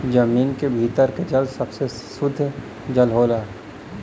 जमीन क भीतर के जल सबसे सुद्ध जल होला